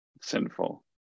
sinful